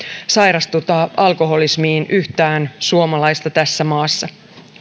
sairastuta alkoholismiin yhtään suomalaista tässä maassa